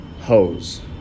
hose